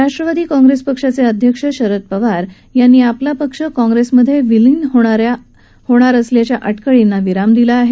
Rashtrawadi Congress पक्षाचे अध्यक्ष शरद पवार यांनी आपला पक्ष काँग्रेसमधे विलीन होणार असल्याच्या अटकर्ळींना विराम दिला आहे